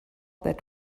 that